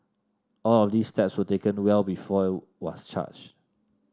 all of these steps were taken well before was charged